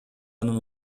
анын